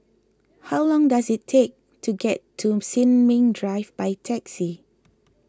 how long does it take to get to Sin Ming Drive by taxi